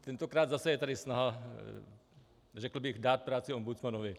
Tentokrát zase je tady snaha řekl bych dát práci ombudsmanovi.